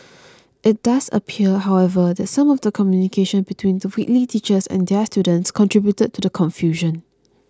it does appear however that some of the communication between Whitley teachers and their students contributed to the confusion